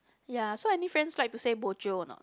ya so any friends like to say bo jio or not